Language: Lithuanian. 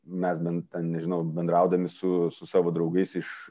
mes bent ten nežinau bendraudami su su savo draugais iš